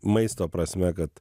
maisto prasme kad